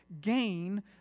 gain